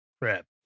crap